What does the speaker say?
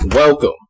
Welcome